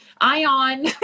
Ion